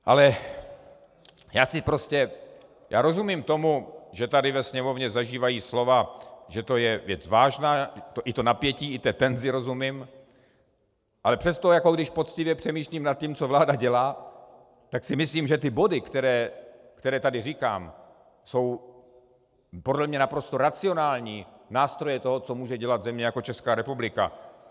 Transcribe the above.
Ale já rozumím tomu, že tady ve Sněmovně zaznívají slova, že to je věc vážná, i to napětí i té tenzi rozumím, ale přesto když poctivě přemýšlím nad tím, co vláda dělá, tak si myslím, že ty body, které tady říkám, jsou podle mě naprosto racionální nástroje toho, co může dělat země jako Česká republika.